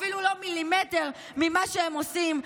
אפילו לא מילימטר ממה שהם עושים,